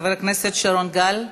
חבר הכנסת שרון גל.